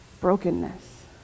brokenness